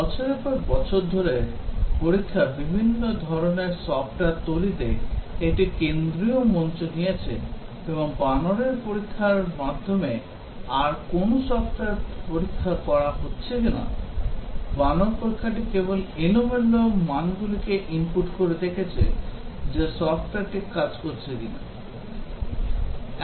বছরের পর বছর ধরে পরীক্ষা সমস্ত ধরণের সফ্টওয়্যার তৈরিতে একটি কেন্দ্রীয় মঞ্চ নিয়েছে এবং বানরের পরীক্ষার মাধ্যমে আর কোনও সফ্টওয়্যার পরীক্ষা করা হচ্ছে না বানর পরীক্ষাটি কেবল এলোমেলো মানগুলিকে ইনপুট করে দেখছে যে সফ্টওয়্যারটি কাজ করছে কিনা